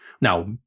Now